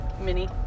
mini-